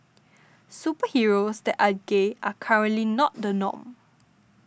superheroes that are gay are currently not the norm